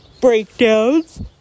breakdowns